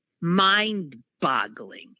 mind-boggling